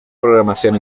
programación